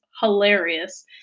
hilarious